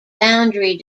boundary